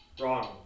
Wrong